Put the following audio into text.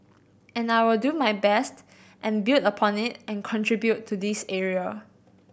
and I will do my best and build upon it and contribute to this area